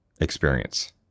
experience